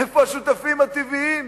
איפה השותפים הטבעיים?